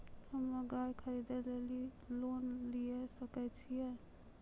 हम्मे गाय खरीदे लेली लोन लिये सकय छियै?